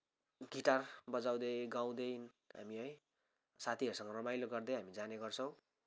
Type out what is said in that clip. guitar बजाउँदै गाउँदै हामी है साथीहरूसँग रमाइलो गर्दै हामी जाने गर्छौँ